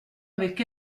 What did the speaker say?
avec